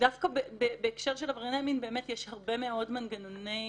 הרבה מאוד מנגנוני